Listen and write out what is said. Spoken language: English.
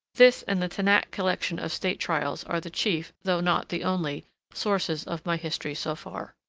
this and the tannatt collection of state trials are the chief though not the only sources of my history so far.